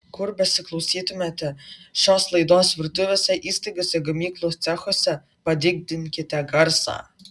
kur besiklausytumėte šios laidos virtuvėse įstaigose gamyklų cechuose padidinkite garsą